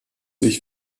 ich